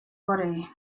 worry